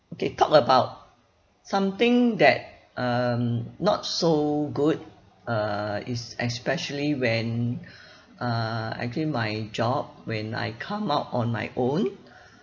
okay talk about something that um not so good uh is especially when uh I quit my job when I come out on my own